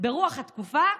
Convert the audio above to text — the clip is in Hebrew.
ברוח התקופה,